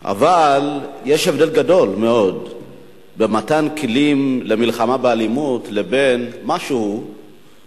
אבל יש הבדל גדול מאוד בין מתן כלים למלחמה באלימות לבין חקיקה